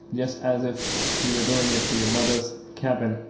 just as if you were doing it for your mother's cabin?